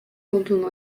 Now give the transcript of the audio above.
olduğunu